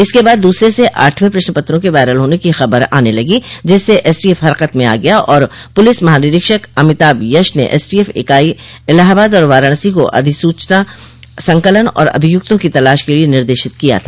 इसके बाद दूसरे से आठवें प्रश्नपत्रों के वायरल होने की खबर आने लगी जिससे एसटीएफ हरकत में आ गया और पुलिस महानिरीक्षक अमिताभ यश ने एसटीएफ इकाई इलाहाबाद और वाराणसी को अभिसूचना संकलन और अभियुक्तों की तलाश के लिए निर्देशित किया था